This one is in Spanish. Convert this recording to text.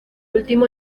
último